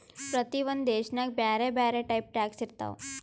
ಪ್ರತಿ ಒಂದ್ ದೇಶನಾಗ್ ಬ್ಯಾರೆ ಬ್ಯಾರೆ ಟೈಪ್ ಟ್ಯಾಕ್ಸ್ ಇರ್ತಾವ್